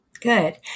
Good